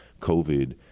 COVID